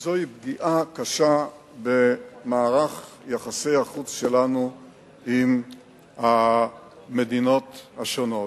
וזוהי פגיעה קשה במערך יחסי החוץ שלנו עם המדינות השונות.